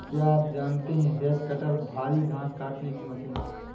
क्या आप जानते है हैज कटर भारी घांस काटने की मशीन है